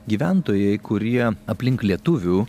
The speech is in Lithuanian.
gyventojai kurie aplink lietuvių